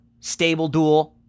StableDuel